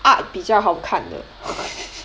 art 比较好看的